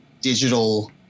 digital